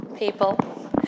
people